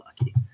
lucky